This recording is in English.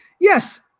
yes